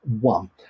one